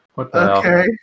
Okay